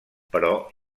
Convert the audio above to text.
però